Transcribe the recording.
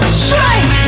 strike